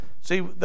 See